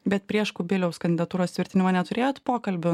bet prieš kubiliaus kandidatūros tvirtinimą neturėjot pokalbio